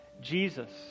Jesus